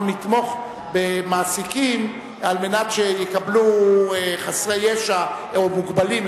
נתמוך במעסיקים על מנת שיקבלו חסרי ישע או מוגבלים.